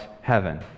heaven